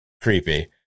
creepy